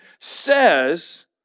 says